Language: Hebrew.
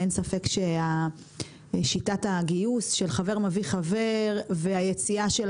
אין ספק ששיטת הגיוס של חבר מביא חבר והיציאה של